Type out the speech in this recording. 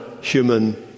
human